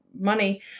money